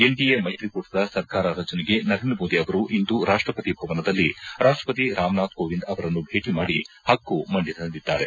NDA ಮೈತ್ರಿಕೂಟದ ಸರ್ಕಾರ ರಚನೆಗೆ ನರೇಂದ್ರ ಮೋದಿ ಅವರು ಇಂದು ರಾಷ್ಷಪತಿ ಭವನದಲ್ಲಿ ರಾಷ್ಷಪತಿ ರಾಮನಾಥ್ ಕೋವಿಂದ್ ಅವರನ್ನು ಭೇಟಿ ಮಾಡಿ ಪಕ್ಕು ಮಂಡಿಸಲಿದ್ದಾರೆ